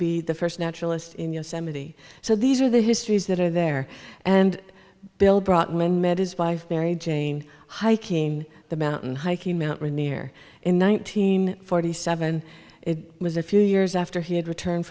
be the first naturalist in yosemite so these are the histories that are there and bill brought men met his wife mary jane hiking the mountain hiking mount rainier in nineteen forty seven it was a few years after he had returned